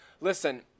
Listen